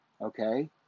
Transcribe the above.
okay